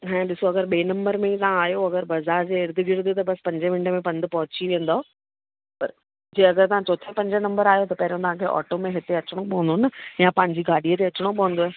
हाणे ॾिसो अगरि ॿिए नंबर में तव्हां आयो अगरि बाज़ार जे इर्द गिर्द त बसि पंजे मिंट में पंधु पहुंची वेंदौ पर जे अगरि तव्हां चौथे पंजे नंबर आहियो त पहिरों तव्हांखे ऑटो में हिते अचणो पवंदो न या पंहिंजी गाॾीअ ते अचणो पवंदसि